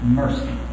mercy